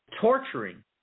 torturing